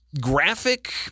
graphic